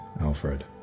Alfred